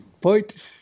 Point